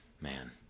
man